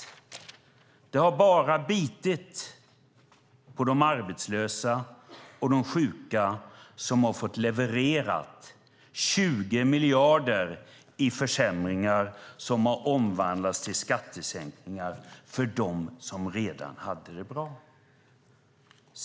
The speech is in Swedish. Det har bara bitit på de arbetslösa och de sjuka som har fått leverera 20 miljarder i försämringar som har omvandlats till skattesänkningar för dem som redan hade det bra.